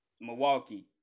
milwaukee